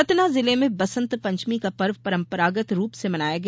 संतना जिले में बसंत पंचमी का पर्व परंपरागत रूप से मनाया गया